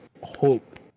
hope